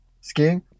skiing